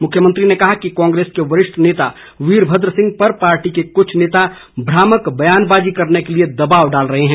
मुख्यमंत्री ने कहा कि कांग्रेस के वरिष्ठ नेता वीरभद्र सिंह पर पार्टी के कुछ नेता भ्रामक बयानबाजी करने के लिए दबाव डाल रहे हैं